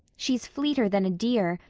she is fleeter than a deer,